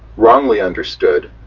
wrongly understood,